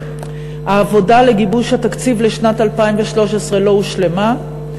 והעבודה לגיבוש התקציב לשנת 2013 לא הושלמה,